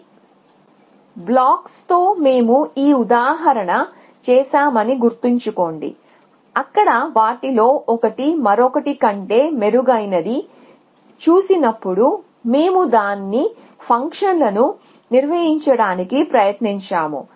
ఈ బ్లాక్స్ తో మేము ఈ ఉదాహరణ చేశామని గుర్తుంచుకోండి అక్కడ వాటిలో ఒకటి మరొకటి కంటే మెరుగైనదని చూసినప్పుడు మేము దాని ఫంక్షన్లను నిర్వచించటానికి ప్రయత్నించాము